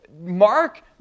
Mark